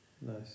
Nice